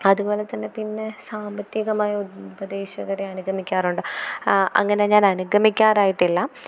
അതുപോലെ തന്നെ പിന്നെ സാമ്പത്തികമായ ഉപദേശകരെ അനുഗമിക്കാറുണ്ട് ആ അങ്ങനെ ഞാൻ അനുഗമിക്കാറായിട്ടില്ല